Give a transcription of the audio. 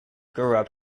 grow